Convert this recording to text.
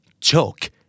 choke